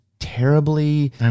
terribly